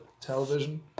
television